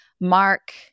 mark